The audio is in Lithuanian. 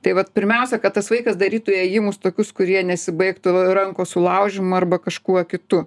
tai vat pirmiausia kad tas vaikas darytų ėjimus tokius kurie nesibaigtų rankos sulaužymu arba kažkuo kitu